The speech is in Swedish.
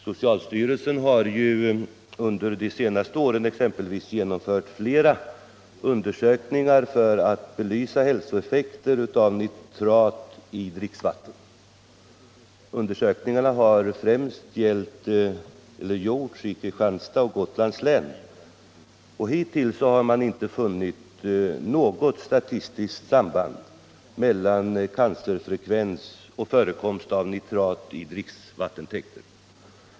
Socialstyrelsen har under de senaste åren exempelvis genomfört flera undersökningar för att belysa hälsoeffekter av nitrat i dricksvatten. Undersökningarna har främst gjorts i Kristianstads och Gotlands tlän. Hittills har man inte funnit något statistiskt samband mellan cancerfrekvens och förekomst av nitrat i dricksvattentäkter.